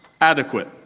adequate